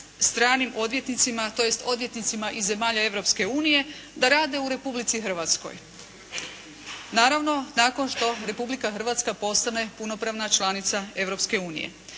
stranim odvjetnicima, tj. odvjetnicima iz zemalja Europske unije da rade u Republici Hrvatskoj, naravno nakon što Republika Hrvatska postane punopravna članica